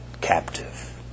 captive